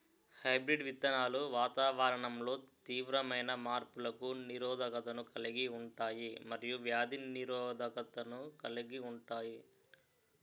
hybrid విత్తనాలు వాతావరణంలో తీవ్రమైన మార్పులకు నిరోధకతను కలిగి ఉంటాయి మరియు వ్యాధి నిరోధకతను కలిగి ఉంటాయి